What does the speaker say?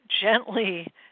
gently